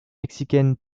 mexicaine